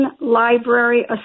Library